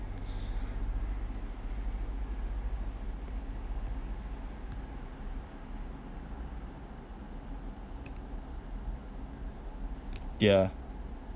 yeah